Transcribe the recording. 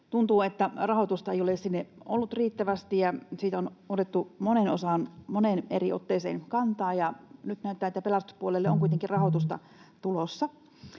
Tuntuu, että rahoitusta ei ole sinne ollut riittävästi. Siihen on otettu moneen eri otteeseen kantaa, ja nyt näyttää, että pelastuspuolelle on kuitenkin rahoitusta tulossa.